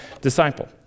disciple